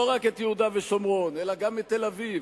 לא רק את יהודה ושומרון אלא גם את תל-אביב,